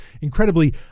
Incredibly